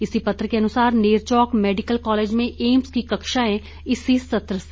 इसी पत्र के अनुसार नेरचौक मेडिकल कॉलेज में एम्स की कक्षाएं इसी सत्र से